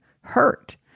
hurt